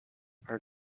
are